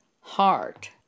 heart